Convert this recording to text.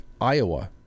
Iowa